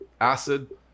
acid